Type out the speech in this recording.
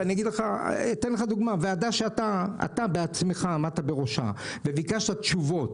ואתן לך דוגמה: ועדה שאתה בעצמך עמדת בראשה וביקשת תשובות